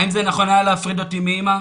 האם זה נכון היה להפריד אותי מאימא?